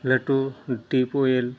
ᱞᱟᱹᱴᱩ ᱴᱤᱭᱩᱵᱽᱚᱭᱮᱞ